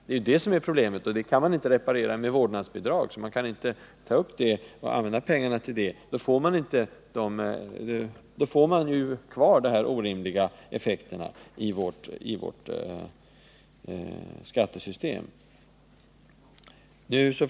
Det är det som är problemet, och det kan man inte lösa med vårdnadsbidrag. Därför kan man inte använda pengarna till detta ändamål, eftersom man då får kvar de orimliga effekterna i vårt skattesystem.